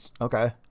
okay